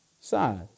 size